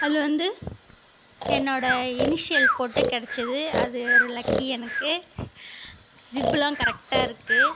அதில் வந்து என்னோடய இனிஷியல் போட்டே கிடைத்தது அது ஒரு லக்கி எனக்கு ஜிப்பெலாம் கரெக்ட்டாக இருக்குது